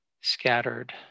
scattered